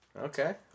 Okay